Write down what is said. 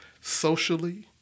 socially